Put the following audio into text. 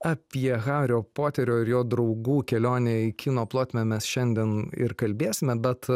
apie hario poterio ir jo draugų kelionę į kino plotmę mes šiandien ir kalbėsime bet